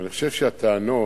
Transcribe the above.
אני חושב שהטענות